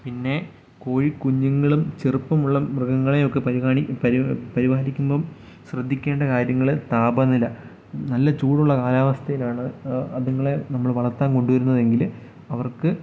പിന്നെ കോഴിക്കുഞ്ഞുങ്ങളും ചെറുപ്പമുള്ള മൃഗങ്ങളെയൊക്കെ പരിപാലിക്കാൻ പരിപാലിക്കുമ്പം ശ്രദ്ധിക്കേണ്ട കാര്യങ്ങൾ താപനില നല്ല ചൂടുള്ള കാലാവസ്ഥയിലാണ് അത്ങ്ങളെ നമ്മൾ വളർത്താൻ കൊണ്ടുവരുന്നതെങ്കിൽ അവർക്ക്